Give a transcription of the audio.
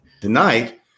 Tonight